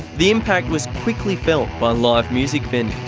the impact was quickly felt by live music venues.